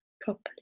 properly